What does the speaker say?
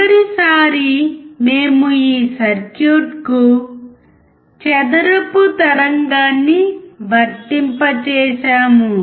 చివరిసారి మేము ఈ సర్క్యూట్కు చదరపు తరంగాన్ని వర్తింపజేసాము